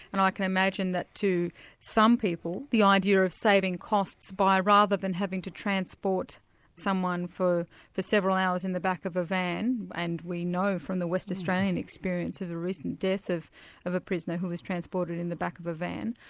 and i can imagine that to some people, the idea of saving costs by rather than having to transport someone for several hours in the back of a van, and we know from the west australian experience of the recent death of of a prisoner who was transported in the back of a van,